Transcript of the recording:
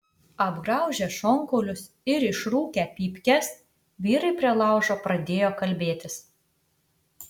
apgraužę šonkaulius ir išrūkę pypkes vyrai prie laužo pradėjo kalbėtis